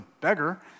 beggar